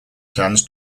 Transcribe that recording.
plans